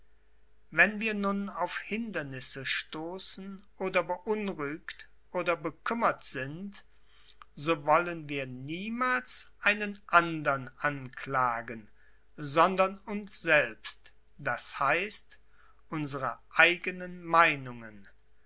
wenn wir nun auf hindernisse stoßen oder beunruhigt oder bekümmert sind so wollen wir niemals einen andern anklagen sondern uns selbst das heißt unsere eigenen meinungen